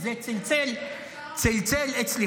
זה צלצל אצלך,